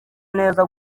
neza